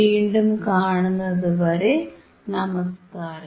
വീണ്ടും കാണുന്നതു വരെ നമസ്കാരം